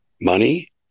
money